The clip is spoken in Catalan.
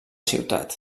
ciutat